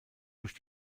durch